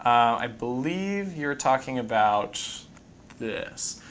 i believe you're talking about this.